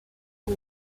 por